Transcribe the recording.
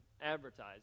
advertising